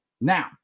Now